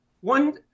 One